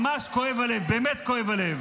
ממש כואב הלב, באמת כואב הלב.